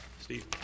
Steve